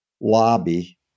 lobby